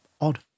odd